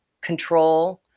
control